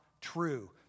true